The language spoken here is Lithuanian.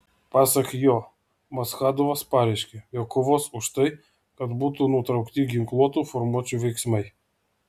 pasak jo maschadovas pareiškė jog kovos už tai kad būtų nutraukti ginkluotų formuočių veiksmai